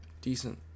decent